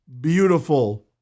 beautiful